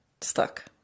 stuck